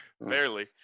Barely